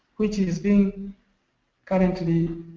which has been currently